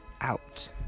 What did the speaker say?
out